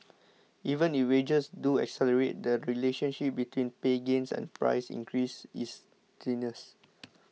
even if wages do accelerate the relationship between pay gains and price increases is tenuous